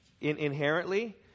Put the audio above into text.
inherently